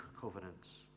covenants